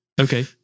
Okay